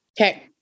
Okay